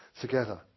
together